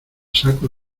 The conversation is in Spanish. saco